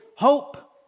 Hope